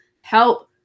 help